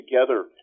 together